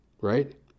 Right